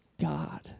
God